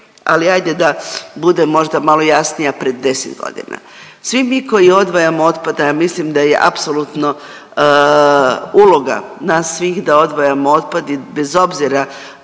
ali ajde da budem možda malo jasnija, pred 10.g.. Svi mi koji odvajamo otpad, a ja mislim da je apsolutno uloga nas svih da odvajamo otpad i bez obzira